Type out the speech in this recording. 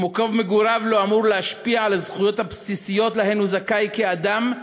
ומקום מגוריו לא אמור להשפיע על הזכויות הבסיסיות שהוא זכאי להן כאדם,